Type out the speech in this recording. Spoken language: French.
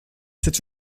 c’est